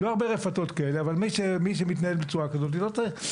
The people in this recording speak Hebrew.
אין הרבה רפתות כאלה אבל מי שמתנהל בצורה כזאת לא צריך.